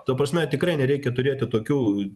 ta prasme tikrai nereikia turėti tokių